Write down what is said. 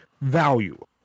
value